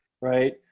Right